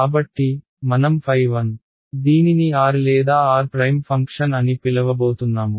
కాబట్టి మనం ɸ1 దీనిని r లేదా r ఫంక్షన్ అని పిలవబోతున్నాము